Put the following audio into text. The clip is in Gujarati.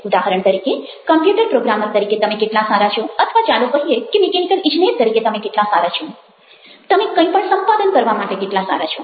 ઉદાહરણ તરીકે કમ્પ્યૂટર પ્રોગ્રામર તરીકે તમે કેટલા સારા છો અથવા ચાલો કહીએ કે મિકેનિકલ ઇજનેર તરીકે તમે કેટલા સારા છો તમે કંઈ પણ સંપાદન કરવા માટે કેટલા સારા છો